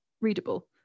readable